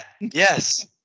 Yes